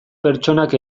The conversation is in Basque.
pertsonak